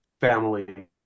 family